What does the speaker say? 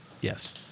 Yes